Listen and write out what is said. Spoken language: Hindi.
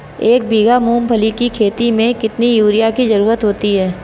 एक बीघा मूंगफली की खेती में कितनी यूरिया की ज़रुरत होती है?